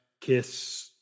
Kiss